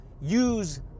use